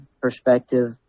perspective